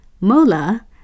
Mola